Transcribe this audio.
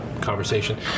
conversation